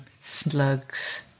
Slugs